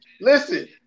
Listen